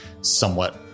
somewhat